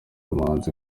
umuhanzi